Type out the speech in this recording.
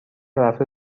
رفته